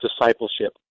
discipleship